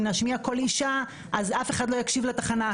אם נשמיע קול אישה אז אף אחד לא יקשיב לתחנה.